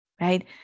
right